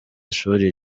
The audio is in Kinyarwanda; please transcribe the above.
ishuri